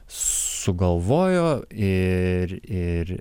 sugalvojo ir ir